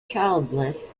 childless